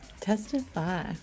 testify